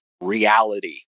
reality